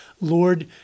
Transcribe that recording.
Lord